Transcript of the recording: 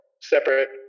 separate